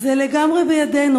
זה לגמרי בידנו.